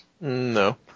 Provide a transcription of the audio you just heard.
No